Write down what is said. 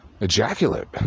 ejaculate